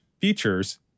features